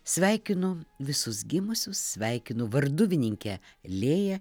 sveikinu visus gimusius sveikinu varduvininkę lėją